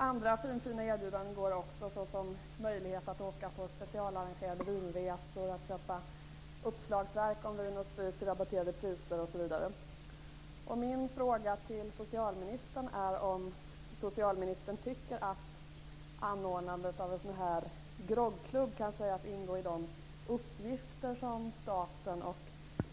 Andra finfina erbjudanden förekommer också, t.ex. möjlighet att åka på specialarrangerade vinresor, att köpa uppslagsverk om vin och sprit till rabatterade priser osv. Min fråga till socialministern är om hon tycker att bildandet av en sådan här groggklubb kan sägas ingå i de uppgifter som staten och